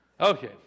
Okay